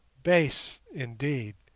base, indeed,